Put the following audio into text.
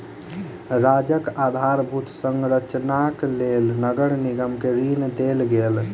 राज्यक आधारभूत संरचनाक लेल नगर निगम के ऋण देल गेल